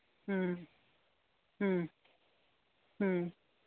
ꯎꯝ ꯎꯝ ꯎꯝ